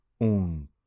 Un